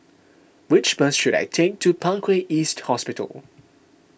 which bus should I take to Parkway East Hospital